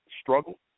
struggle